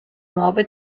nuove